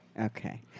Okay